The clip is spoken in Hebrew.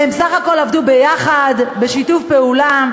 והם בסך הכול עבדו ביחד, בשיתוף פעולה.